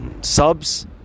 subs